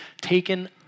taken